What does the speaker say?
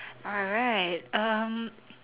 alright um